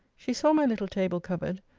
she saw my little table covered,